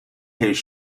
his